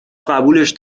قبولش